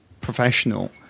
professional